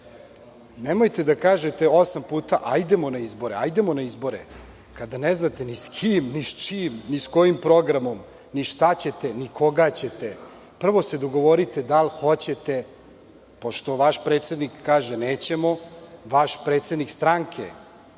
Nemojte da kažete osam puta – hajdemo na izbore; kada ne znate ni sa kim, ni sa čim, ni sa kojim programom, ni šta ćete ni koga ćete. Prvo se dogovorite da li hoćete, pošto vaš predsednik kaže – nećemo; vaš predsednik stranke